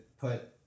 put